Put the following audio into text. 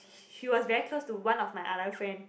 she was very close to one of my other friend